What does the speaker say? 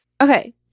okay